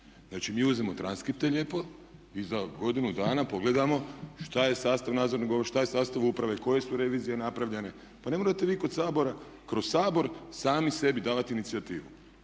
Znači mi uzmemo transkripte lijepo i za godinu dana pogledamo šta je sastav nadzornog odbora, šta je sastav uprave, koje su revizije napravljene. Pa ne morate vi kroz Sabor sami sebi davati inicijativu.